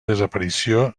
desaparició